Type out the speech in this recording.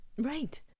Right